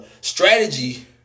strategy